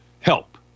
help